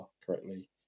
correctly